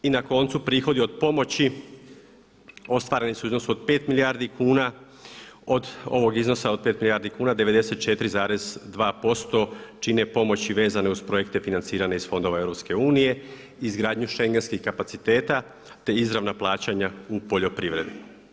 I na koncu prihodi od pomoći ostvareni su u iznosu od 5 milijardi kuna, od ovog iznosa od 5 milijardi kuna 94,2% čine pomoći vezane uz projekte financiranja iz fondova EU, izgradnju šengenskih kapaciteta te izravna plaćanja u poljoprivredi.